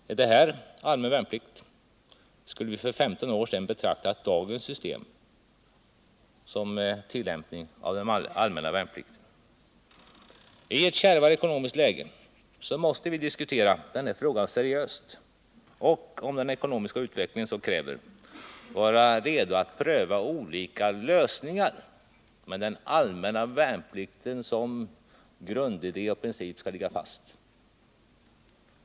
Skulle vi för 15 år sedan ha frågat oss om vi kunnat betrakta dagens system för tillämpning av den allmänna värnplikten? I ett kärvt ekonomiskt läge måste vi diskutera den här frågan seriöst och, om den ekonomiska utvecklingen så kräver, vara redo att pröva olika lösningar, men den allmänna värnplikten som grundidé och princip skall ligga fast.